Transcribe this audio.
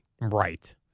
Right